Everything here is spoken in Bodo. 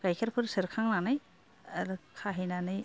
गाइखेरफोर सेरखांनानै आरो खाहैनानै